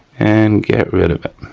and get rid of it.